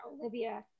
Olivia